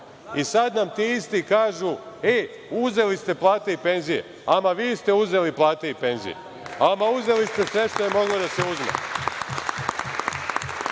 Sada nam ti isti kažu – ej, uzeli ste plate i penzije. Ama, vi ste uzeli plate i penzije. Ama, uzeli ste sve što je moglo da se uzme,